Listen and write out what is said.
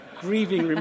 grieving